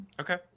okay